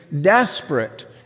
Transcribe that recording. desperate